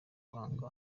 kwanga